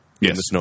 Yes